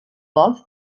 golf